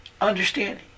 understanding